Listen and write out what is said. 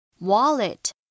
Wallet